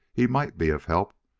he might be of help,